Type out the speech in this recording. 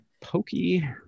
Pokey